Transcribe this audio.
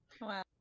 Wow